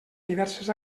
diverses